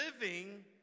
living